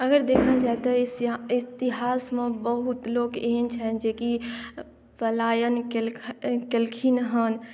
अगर देखल जाय तऽ इतिहासमे बहुत लोग एहन छथि जे की पलायन केलखिन हँ